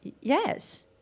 Yes